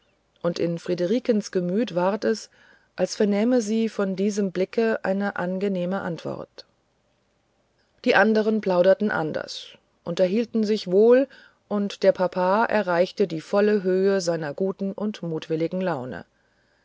und in friederikens gemüt ward es als vernähme sie von diesem blicke eine angenehme antwort die anderen plauderten anders unterhielten sich wohl und der papa erreichte die volle höhe seiner guten und mutwilligen laune